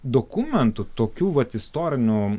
dokumentų tokių vat istorinių